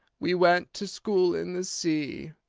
we went to school in the sea.